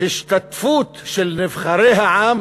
השתתפות של נבחרי העם